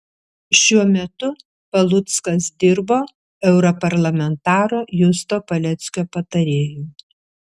šiuo metu paluckas dirbo europarlamentaro justo paleckio patarėju